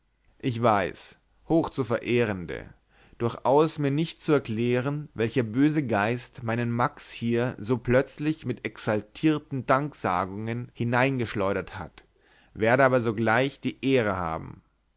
ich weiß hochzuverehrende durchaus mir nicht zu erklären welcher böse geist meinen max hier so plötzlich mit exaltierten danksagungen hineingeschleudert hat werde aber sogleich die ehre haben